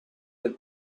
del